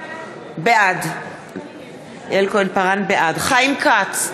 בעד חיים כץ,